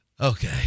Okay